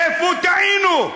איפה טעינו,